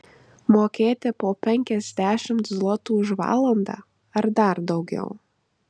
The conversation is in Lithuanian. mokėti po penkiasdešimt zlotų už valandą ar dar daugiau